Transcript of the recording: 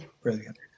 Brilliant